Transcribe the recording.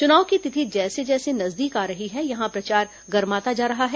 चुनाव की तिथि जैसे जैसे नजदीक आ रही है यहां प्रचार गरमाता जा रहा है